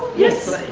yes